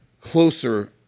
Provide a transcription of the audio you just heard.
closer